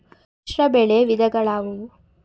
ಮಿಶ್ರಬೆಳೆ ವಿಧಗಳಾವುವು?